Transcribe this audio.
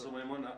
פרופ' מימון,